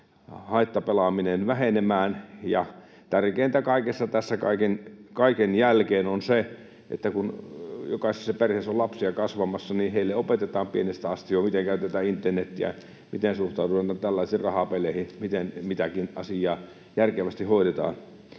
haittapelaaminen vähenemään. Tärkeintä tässä kaiken jälkeen on se, että jokaisessa perheessä, jossa on lapsia kasvamassa, heille opetetaan pienestä asti jo, miten käytetään internetiä, miten suhtaudutaan tällaisiin rahapeleihin, miten mitäkin asiaa järkevästi hoidetaan.